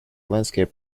landscape